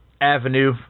avenue